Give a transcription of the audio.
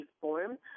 form